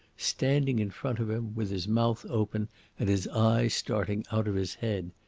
standing in front of him, with his mouth open and his eyes starting out of his head,